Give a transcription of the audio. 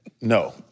no